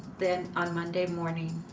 then on monday morning,